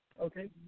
Okay